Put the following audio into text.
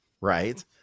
right